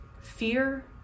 fear